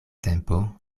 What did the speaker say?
tempo